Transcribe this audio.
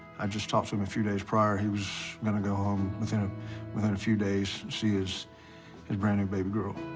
i just talked to him a few days prior. he was gonna go home within, ah within a few days and see his, his brand new baby girl.